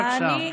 בבקשה.